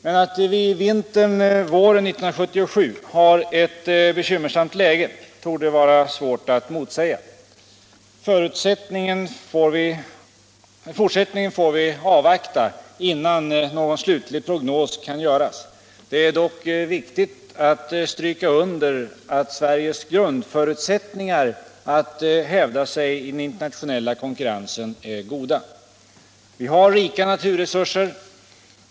Men att vi vintern-våren 1977 har ett bekymmersamt läge torde vara svårt att motsäga. Fortsättningen får vi avvakta, innan någon slutlig prognos kan göras. Det är dock viktigt att stryka under att Sveriges grundförutsättningar att hävda sig i den internationella konkurrensen är goda. Vi har rika naturresurser.